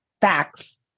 Facts